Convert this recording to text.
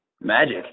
magic